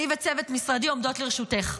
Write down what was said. אני וצוות משרדי עומדות לרשותך.